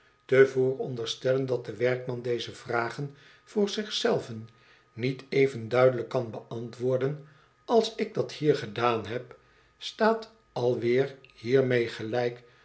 te vooronderstellen dat de werkman deze vragen voor zich zelven niet even duidelijk kan beantwoorden als ik dat hier gedaan heb staat alweer hiermee gelijk